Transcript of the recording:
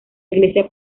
iglesia